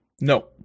No